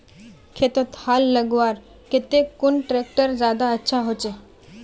खेतोत हाल लगवार केते कुन ट्रैक्टर ज्यादा अच्छा होचए?